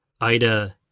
Ida